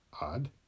Odd